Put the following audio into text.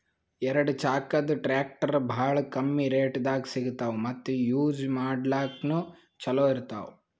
ಎರಡ ಚಾಕದ್ ಟ್ರ್ಯಾಕ್ಟರ್ ಭಾಳ್ ಕಮ್ಮಿ ರೇಟ್ದಾಗ್ ಸಿಗ್ತವ್ ಮತ್ತ್ ಯೂಜ್ ಮಾಡ್ಲಾಕ್ನು ಛಲೋ ಇರ್ತವ್